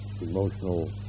Emotional